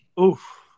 Oof